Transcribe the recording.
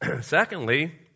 Secondly